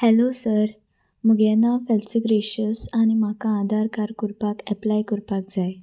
hello sir मगे नांव फेलसी ग्रेशस आनी म्हाका आदार कार्ड करपाक एप्लाय करपाक जाय